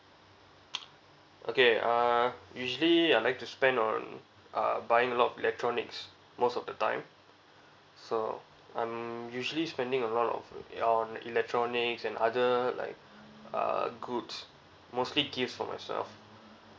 okay uh usually I like to spend on uh buying a lot of electronics most of the time so I'm usually spending a lot of on electronics and other like uh goods mostly gifts for myself